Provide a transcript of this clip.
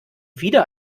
wieder